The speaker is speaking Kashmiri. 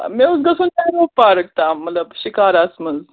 مےٚ اوس گژھُن نہروٗ پارک تام مطلب شِکاراہس منٛز